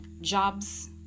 jobs